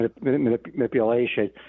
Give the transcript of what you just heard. manipulation